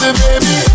baby